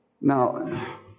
Now